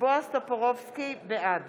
בעד